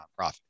nonprofit